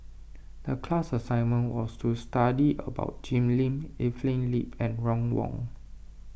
the class assignment was to study about Jim Lim Evelyn Lip and Ron Wong